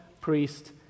priest